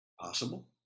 Possible